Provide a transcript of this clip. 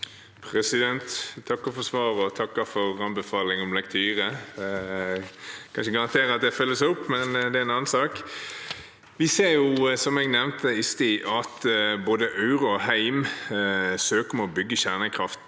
Jeg takker for svaret og takker for anbefaling om lektyre. Jeg kan ikke garantere at det følges opp, men det er en annen sak. Vi ser, som jeg nevnte i sted, at både Aure og Heim søker om å bygge kjernekraftverk.